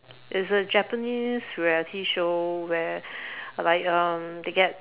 it's a Japanese reality show where like um they get